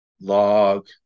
log